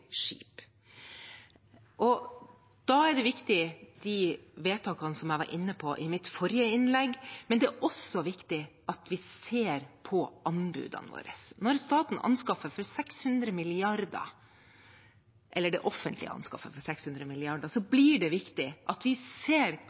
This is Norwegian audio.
skip. Da er de viktige, de vedtakene som jeg var inne på i mitt forrige innlegg, men det er også viktig at vi ser på anbudene våre. Når det offentlige anskaffer for 600 mrd. kr, blir det viktig at vi ser hva handlingsrommet er. Jeg er glad for at komiteen har sluttet seg til at